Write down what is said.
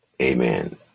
Amen